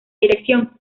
dirección